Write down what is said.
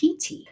PT